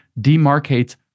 demarcates